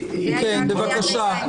בבקשה.